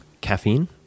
caffeine